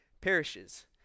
perishes